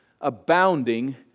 abounding